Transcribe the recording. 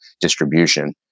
distribution